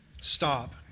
stop